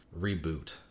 reboot